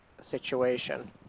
situation